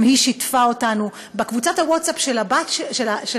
גם היא שיתפה אותנו בקבוצת הווטסאפ של החברות